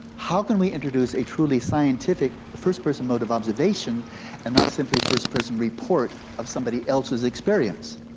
how can we introduce a truly scientific first-person mode of observation and not simply first-person report of somebody else's experience?